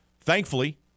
Thankfully